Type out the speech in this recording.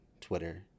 Twitter